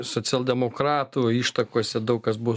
socialdemokratų ištakose daug kas buvo